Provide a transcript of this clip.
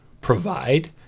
provide